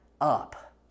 up